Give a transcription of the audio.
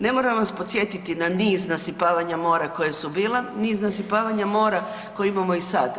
Ne moram vas podsjetiti na niz nasipavanja mora koja su bila, niz nasipavanja mora koja imamo i sad.